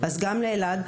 אז גם לאלעד.